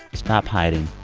stop hiding.